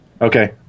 Okay